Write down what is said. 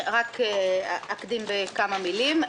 אקדים כמה מילים.